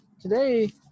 today